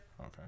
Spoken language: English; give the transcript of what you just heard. Okay